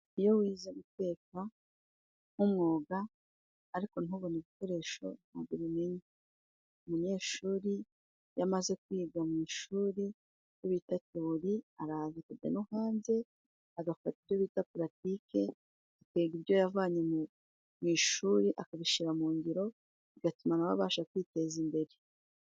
Iyo wize guteka nk'umwuga ariko ntubone ibikoresho ntabwo ubimenya. Umunyeshuri yamaze kwiga mu ishuri bita tewori araza kujya no hanze agafata ibyo bita pulatike atega ibyo yavanye mu ishuri akabishira mu ngiro bigatuma na we abasha kwiteza imbere.